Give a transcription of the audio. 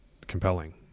compelling